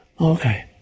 okay